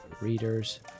Readers